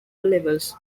levels